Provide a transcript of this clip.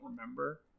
remember